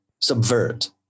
subvert